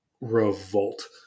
revolt